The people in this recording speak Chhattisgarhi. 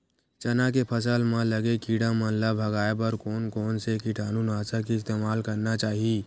चना के फसल म लगे किड़ा मन ला भगाये बर कोन कोन से कीटानु नाशक के इस्तेमाल करना चाहि?